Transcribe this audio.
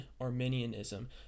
arminianism